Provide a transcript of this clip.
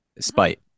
spite